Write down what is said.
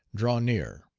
draw near.